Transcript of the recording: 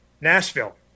Nashville